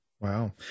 Wow